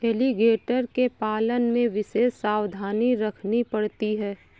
alligator के पालन में विशेष सावधानी रखनी पड़ती है